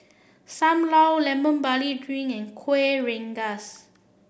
Sam Lau Lemon Barley Drink and Kuih Rengas